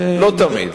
לא תמיד,